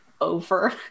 over